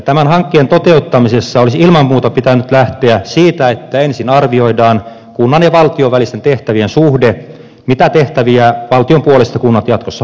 tämän hankkeen toteuttamisessa olisi ilman muuta pitänyt lähteä siitä että ensin arvioidaan kunnan ja valtion välisten tehtävien suhde mitä tehtäviä valtion puolesta kunnat jatkossa hoitavat